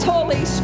Holy